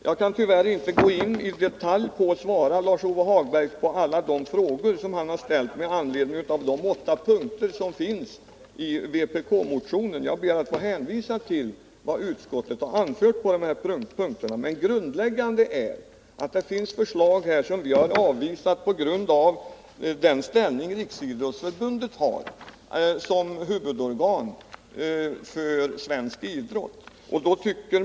Jag kan tyvärr inte i detalj besvara alla de frågor som Lars-Ove Hagberg har ställt med anledning av de åtta punkterna i vpk-motionen. Jag ber att få hänvisa till vad utskottet har anfört i fråga om dessa punkter. Men grundläggande är att vi har avvisat förslag med hänvisning till Riksidrottsförbundets ställning som huvudorgan för svensk idrott.